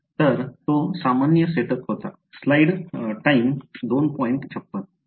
तर तो सामान्य सेटअप होता